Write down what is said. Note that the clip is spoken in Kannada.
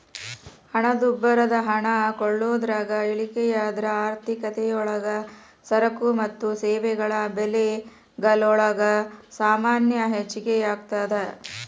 ಹಣದುಬ್ಬರದ ಹಣ ಕೊಳ್ಳೋದ್ರಾಗ ಇಳಿಕೆಯಾದ್ರ ಆರ್ಥಿಕತಿಯೊಳಗ ಸರಕು ಮತ್ತ ಸೇವೆಗಳ ಬೆಲೆಗಲೊಳಗ ಸಾಮಾನ್ಯ ಹೆಚ್ಗಿಯಾಗ್ತದ